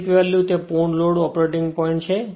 slip value તે પૂર્ણ load operating point છે